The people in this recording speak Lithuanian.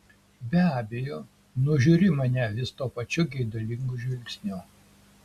be abejo nužiūri mane vis tuo pačiu geidulingu žvilgsniu